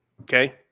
Okay